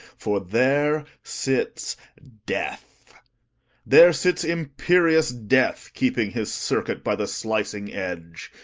for there sits death there sits imperious death, keeping his circuit by the slicing edge.